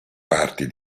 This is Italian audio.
parti